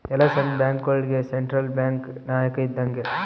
ಎಲ್ಲ ಸಣ್ಣ ಬ್ಯಾಂಕ್ಗಳುಗೆ ಸೆಂಟ್ರಲ್ ಬ್ಯಾಂಕ್ ನಾಯಕ ಇದ್ದಂಗೆ